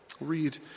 read